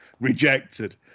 rejected